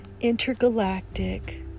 intergalactic